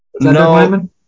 No